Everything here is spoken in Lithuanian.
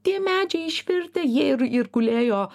tie medžiai išvirtę jie ir ir gulėjo